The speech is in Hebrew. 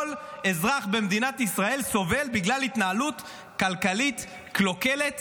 כל אזרח במדינת ישראל סובל בגלל התנהלות כלכלית קלוקלת